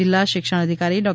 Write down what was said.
જિલ્લા શિક્ષણાધિકારી ડો